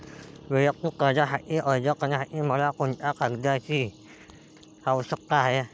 वैयक्तिक कर्जासाठी अर्ज करण्यासाठी मला कोणत्या कागदपत्रांची आवश्यकता आहे?